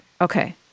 okay